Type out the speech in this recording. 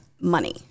money